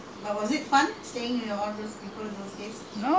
kampung houses no it's not kampung quarters